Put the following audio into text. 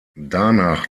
danach